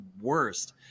worst